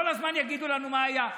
כל הזמן יגידו לנו: מה היה.